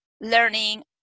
learning